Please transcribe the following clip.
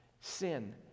Sin